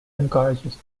encourages